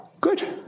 Good